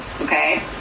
okay